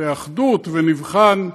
באחדות ונבחן,